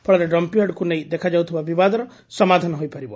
ଫଳରେ ଡମ୍ମିଂୟାର୍ଡକୁ ନେଇ ଦେଖାଯାଉଥିବା ବିବାଦର ସମାଧାନ ହୋଇପାରିବ